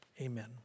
amen